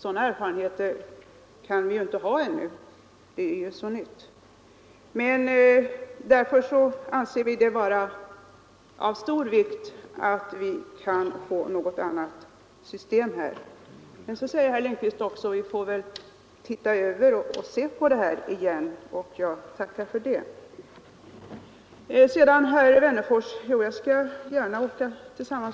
Sådana erfarenheter kan vi ju inte ha ännu. Det här är ju så nytt. Men därför anser vi det vara av stor vikt att vi kan komma fram till något annat system. Men sedan säger herr Lindkvist också att vi får väl se över det här igen, och jag tackar för det. Jag skall gärna åka